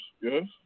Yes